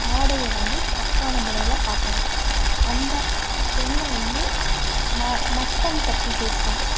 ஆடையை வந்து தப்பான முறையில் பாக்கிறது அந்த பெண்ண வந்து மட்டம் தட்டி பேசுவது